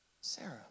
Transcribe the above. Sarah